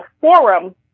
forum